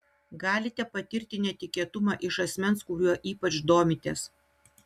galite patirti netikėtumą iš asmens kuriuo ypač domitės